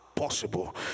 possible